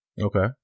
Okay